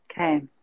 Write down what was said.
Okay